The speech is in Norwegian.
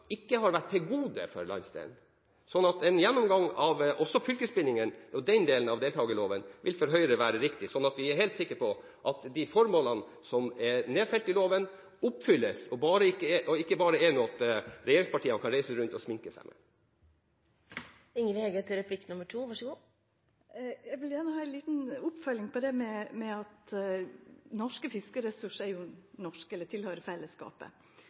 ikke har vært et gode for landsdelen. En gjennomgang av fylkesbindingene og den delen av deltakerloven vil for Høyre være riktig, sånn at vi er helt sikre på at det formålet som er nedfelt i loven, oppfylles – og ikke bare er noe regjeringspartiene kan reise rundt å smykke seg med. Eg vil gjerne ha ei lita oppfølging: Norske fiskeressursar tilhøyrer fellesskapet. Om eg ikkje hugsar heilt feil, opna Høgre i lag med Framstegspartiet for at